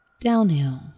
downhill